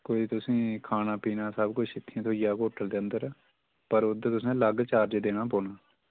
कोई तुसें खाना पीना सब किस इत्थें थ्होई जाह्ग होटल दे अंदर पर ओह्दा तुसें अलग चार्ज देना पौना